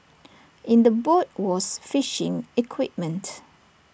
in the boat was fishing equipment